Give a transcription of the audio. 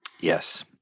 Yes